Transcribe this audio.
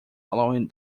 allowing